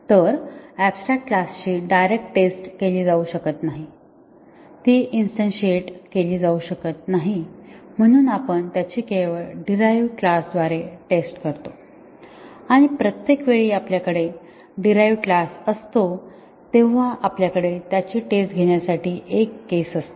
तर ऍबस्ट्रॅक्ट क्लासची direct test केली जाऊ शकत नाही ती इंस्टान्शिएटेड केली जाऊ शकत नाही म्हणून आपण त्याची केवळ डीरहाईवड क्लास द्वारे टेस्ट करतो आणि प्रत्येक वेळी आपल्याकडे डीरहाईवड क्लास असतो तेव्हा आपल्या कडे त्याची टेस्ट घेण्यासाठी एक केस असते